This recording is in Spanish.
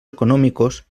económicos